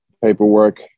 paperwork